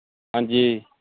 ਹਾਂਜੀ